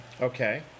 Okay